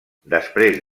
després